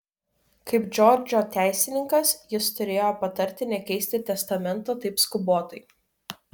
kaip džordžo teisininkas jis turėjo patarti nekeisti testamento taip skubotai